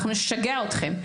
אנחנו נשגע אתכם,